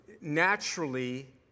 naturally